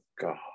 God